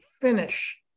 finish